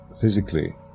physically